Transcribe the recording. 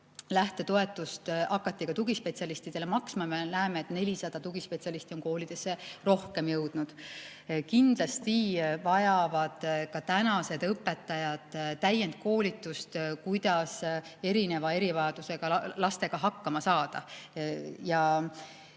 lähtetoetust hakati ka tugispetsialistidele maksma, me näeme, et 400 tugispetsialisti on koolidesse rohkem jõudnud. Kindlasti vajavad ka tänased õpetajad täiendkoolitust, kuidas erinevate erivajadustega lastega hakkama saada.